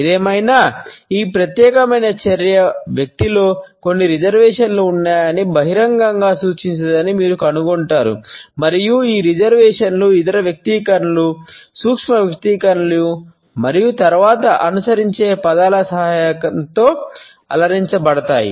ఏదేమైనా ఈ ప్రత్యేకమైన చర్య వ్యక్తిలో కొన్ని రిజర్వేషన్లు ఉన్నాయని బహిరంగంగా సూచించదని మీరు కనుగొంటారు మరియు ఈ రిజర్వేషన్లు ఇతర వ్యక్తీకరణలు సూక్ష్మ వ్యక్తీకరణలు మరియు తరువాత అనుసరించే పదాల సహాయంతో అలంకరించబడతాయి